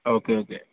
okay okay